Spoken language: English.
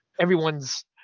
everyone's